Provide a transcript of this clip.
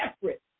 separate